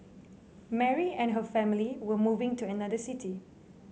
Mary and her family were moving to another city